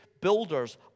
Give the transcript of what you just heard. builders